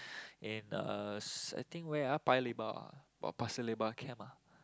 in uh I think where ah Paya Lebar ah or Pasir Lebar camp ah